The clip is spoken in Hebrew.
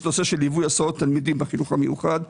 יש נושא של ליווי הסעות תלמידים בחינוך המיוחד,